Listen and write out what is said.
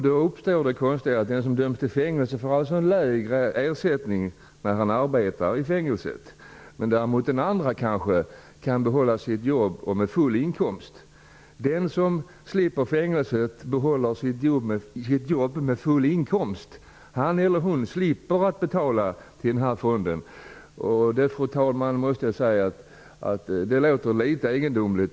Då inträffar det konstiga att den som döms till fängelse och får lägre ersättning medan han arbetar i fängelset får betala till fonden, medan den som inte döms till fängelse och kan behålla sitt jobb med full inkomst slipper att betala till fonden. Detta låter litet egendomligt.